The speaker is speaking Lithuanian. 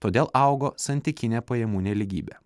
todėl augo santykinė pajamų nelygybė